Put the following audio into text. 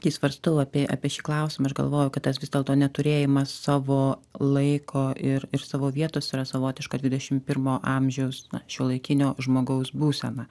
kai svarstau apie apie šį klausimą aš galvoju kad tas vis dėlto neturėjimas savo laiko ir ir savo vietos yra savotiška dvidešim pirmojo amžiaus šiuolaikinio žmogaus būsena